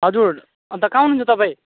हजुर अन्त कहाँ हुनुहुन्छ तपाईँ